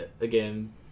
again